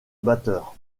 batteur